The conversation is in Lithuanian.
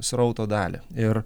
srauto dalį ir